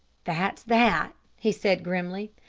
that's that, he said grimly.